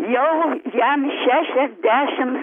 jau jam šešiasdešims